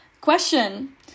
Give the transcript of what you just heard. Question